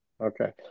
Okay